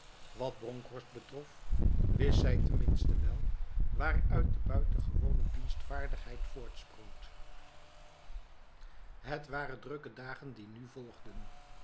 wat bronkhorst betrof wist zij tenminste wel waaruit de buitengewone dienstvaardigheid voortsproot het waren drukke dagen die nu volgdenzij